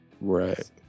Right